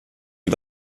die